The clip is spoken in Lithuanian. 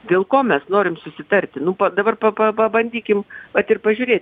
dėl ko mes norim susitarti nu dabar pa pa pabandykim vat ir pažiūrėti